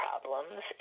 problems